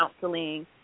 counseling